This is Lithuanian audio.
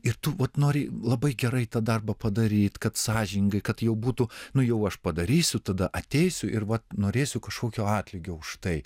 ir tu vat nori labai gerai tą darbą padaryt kad sąžiningai kad jau būtų nu jau aš padarysiu tada ateisiu ir vat norėsiu kažkokio atlygio už tai